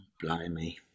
Blimey